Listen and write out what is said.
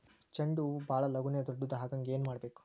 ಚಂಡ ಹೂ ಭಾಳ ಲಗೂನ ದೊಡ್ಡದು ಆಗುಹಂಗ್ ಏನ್ ಮಾಡ್ಬೇಕು?